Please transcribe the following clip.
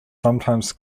sometimes